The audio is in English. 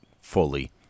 fully